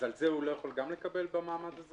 אז על זה הוא לא יכול גם לקבל במעמד הזה?